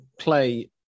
play